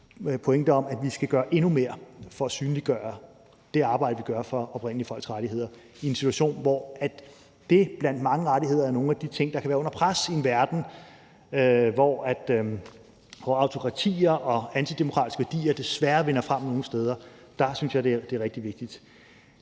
pointe om, at vi skal gøre endnu mere for at synliggøre det arbejde, vi gør for oprindelige folks rettigheder, i en situation, hvor det blandt mange rettigheder er nogle af de ting, der kan være under pres i en verden, hvor autokratier og antidemokratiske værdier desværre vinder frem nogle steder, og der synes jeg det er rigtig vigtigt.